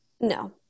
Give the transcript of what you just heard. No